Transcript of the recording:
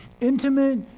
intimate